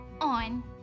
on